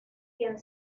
quien